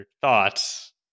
thoughts